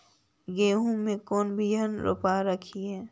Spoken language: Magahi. गेहूं के कौन बियाह रोप हखिन?